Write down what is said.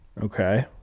okay